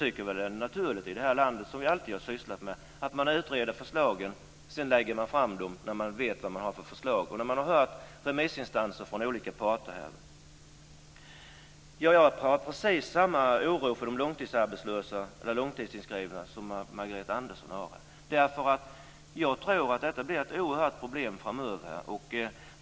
Det är naturligt i det här landet att vi gör som vi alltid har gjort, att vi utreder förslagen och sedan lägger fram dem när vi vet vad vi har för förslag och hört remissinstanser från olika parter. Jag har precis samma oro för de långtidsarbetslösa eller långtidsinskrivna som Margareta Andersson har. Jag tror att det blir ett oerhört stort problem framöver.